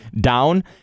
down